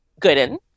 Gooden